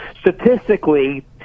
Statistically